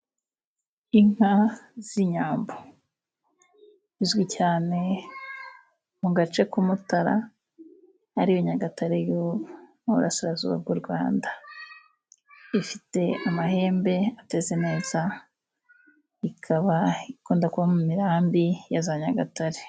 Inka z'inyambo. Izwi cyane mu gace k'umutara ariyo Nyagatare y'ubu, mu burasirazuba bw'u Rwanda. Ifite amahembe ateze neza, ikaba ikunda kuba mu mirambi ya za Nyagatare.